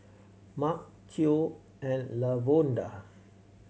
Marc Theo and Lavonda